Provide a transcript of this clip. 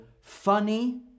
funny